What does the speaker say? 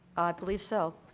i believe so.